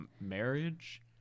marriage